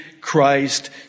Christ